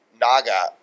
Naga